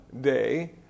day